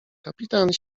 kapitan